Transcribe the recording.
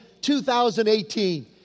2018